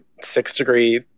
six-degree